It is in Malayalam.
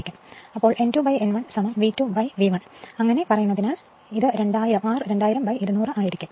അതിനാൽ N2 N1 V2 V 1 അങ്ങനെ പറയുന്നതിനാൽ ഇത് R2000 200 ആയിരിക്കും അത് R10 ആയിരിക്കും